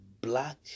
black